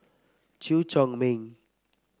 Chew Chor Meng